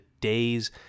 days